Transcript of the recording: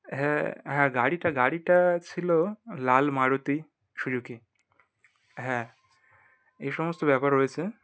হ্যাঁ হ্যাঁ গাড়িটা গাড়িটা ছিল লাল মারুতি সুজুকি হ্যাঁ এ সমস্ত ব্যাপার হয়েছে